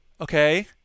okay